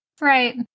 right